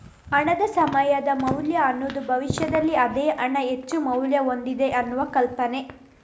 ಹಣದ ಸಮಯದ ಮೌಲ್ಯ ಅನ್ನುದು ಭವಿಷ್ಯದಲ್ಲಿ ಅದೇ ಹಣ ಹೆಚ್ಚು ಮೌಲ್ಯ ಹೊಂದಿದೆ ಅನ್ನುವ ಕಲ್ಪನೆ